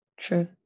True